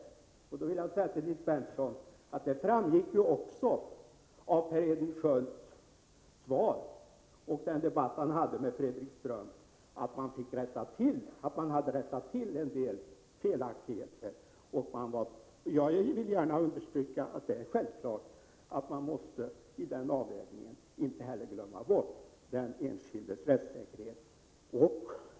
Jag vill till Nils Berndtson säga att det av Per Edvin Skölds svar och den debatt han förde med Fredrik Ström framgick att man hade rättat till en del felaktigheter. Jag vill gärna understryka att det är självklart att man i det sammanhanget inte får glömma bort den enskildes rättssäkerhet.